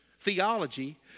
theology